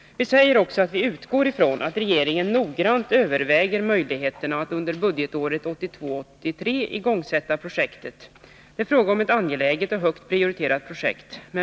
Vi säger också att vi utgår från att regeringen noggrant överväger möjligheterna att under budgetåret 1982/83 igångsätta projektet. Det är fråga om ett angeläget och högt prioriterat projekt.